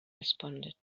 responded